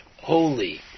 holy